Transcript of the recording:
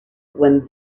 when